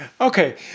Okay